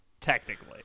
technically